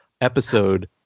episode